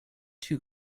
too